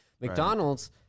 McDonald's